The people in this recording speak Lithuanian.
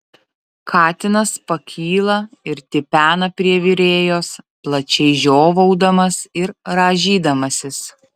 katinas pakyla ir tipena prie virėjos plačiai žiovaudamas ir rąžydamasis